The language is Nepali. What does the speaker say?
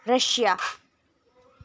रसिया